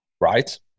Right